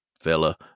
fella